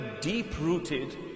deep-rooted